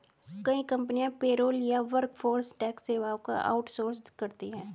कई कंपनियां पेरोल या वर्कफोर्स टैक्स सेवाओं को आउट सोर्स करती है